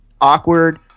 awkward